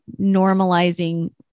normalizing